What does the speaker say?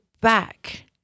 back